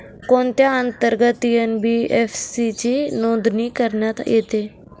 कोणत्या अंतर्गत एन.बी.एफ.सी ची नोंदणी करण्यात येते?